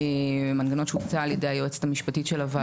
מנגנון שהוצא על ידי היועצת המשפטית של הוועדה.